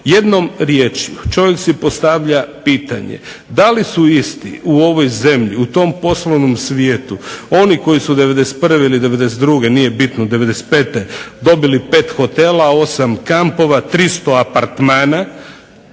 Jednom riječju čovjek si postavlja pitanje, da li su isti u ovoj zemlji u tom poslovnom svijetu oni koji su '91. ili '92. nije bitno '95. dobili 5 hotela, 8 kampova, 300 apartmana